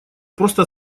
просто